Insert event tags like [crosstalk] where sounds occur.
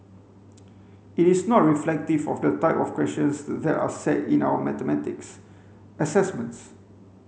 [noise] it is not reflective of the type of questions that are set in our mathematics assessments